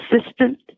assistant